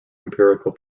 empirical